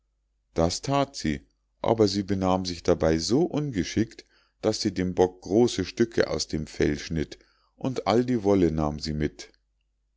das that sie aber sie benahm sich dabei so ungeschickt daß sie dem bock große stücke aus dem fell schnitt und all die wolle nahm sie mit